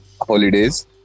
holidays